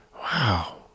Wow